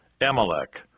Amalek